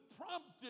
prompted